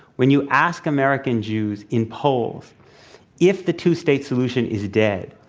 when you ask american jews in polls if the two-state solution is dead,